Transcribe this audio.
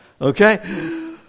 Okay